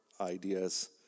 ideas